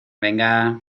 venga